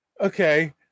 Okay